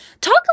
Talk